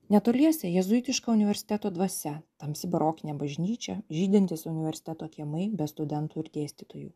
netoliese jėzuitiško universiteto dvasia tamsi barokinė bažnyčia žydintis universiteto kiemai be studentų ir dėstytojų